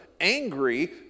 angry